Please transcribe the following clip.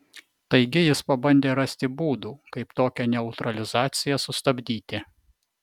taigi jis pabandė rasti būdų kaip tokią neutralizaciją sustabdyti